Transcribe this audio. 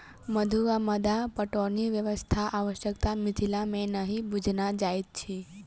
मद्दु वा मद्दा पटौनी व्यवस्थाक आवश्यता मिथिला मे नहि बुझना जाइत अछि